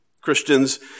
Christians